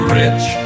rich